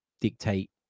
dictate